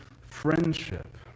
friendship